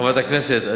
חברת הכנסת,